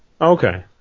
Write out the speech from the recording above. Okay